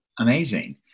Amazing